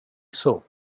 soap